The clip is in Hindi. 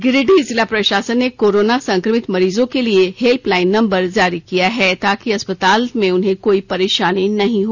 गिरिडीह जिला प्रशासन ने कोरोना संक्रमित मरीजो के लिए हेल्पलाइन नंबर जारी किया है ताकि अस्पताल में उन्हें कोई परेशानी नहीं हो